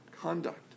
conduct